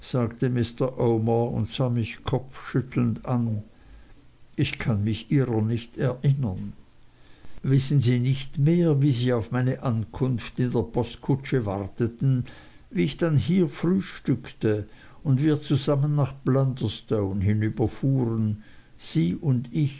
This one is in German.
sah mich kopfschüttelnd an ich kann mich ihrer nicht erinnern wissen sie nicht mehr wie sie auf meine ankunft in der postkutsche warteten wie ich dann hier frühstückte und wir zusammen nach blunderstone hinüberfuhren sie und ich